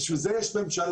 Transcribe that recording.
בשביל זה יש ממשלה